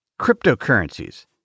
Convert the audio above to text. Cryptocurrencies